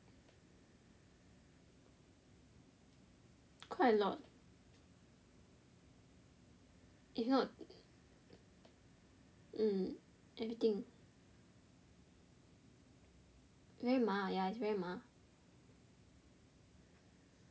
quite a lot if not mm everything very 麻 ya it's very 麻